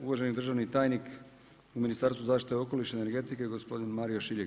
Uvaženi državni tajnik u Ministarstvu zaštite okoliša i energetike gospodin Marijo Šiljeg.